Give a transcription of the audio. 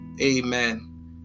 Amen